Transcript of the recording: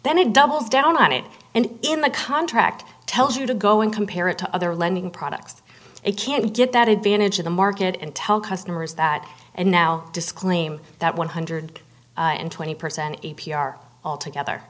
it doubles down on it and in the contract tells you to go and compare it to other lending products they can get that advantage of the market and tell customers that and now disclaim that one hundred twenty percent a p r altogether